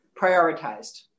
prioritized